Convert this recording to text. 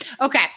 Okay